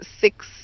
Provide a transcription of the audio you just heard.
six